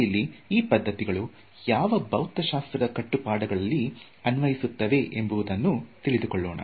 ನಾವಿಲ್ಲಿ ಈ ಪದ್ಧತಿಗಳು ಯಾವ ಭೌತಶಾಸ್ತ್ರದ ಕಟ್ಟು ಪಾಡುಗಳಲ್ಲಿ ಅನ್ವಯಿಸುತ್ತವೆ ಎಂಬುದನ್ನು ತಿಳಿದುಕೊಳ್ಳೋಣ